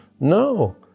No